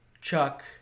Chuck